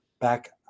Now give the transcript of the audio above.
back